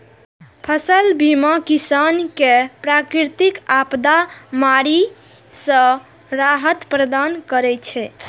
फसल बीमा किसान कें प्राकृतिक आपादाक मारि सं राहत प्रदान करै छै